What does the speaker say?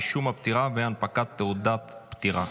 רישום הפטירה והנפקת תעודת פטירה'."